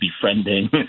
befriending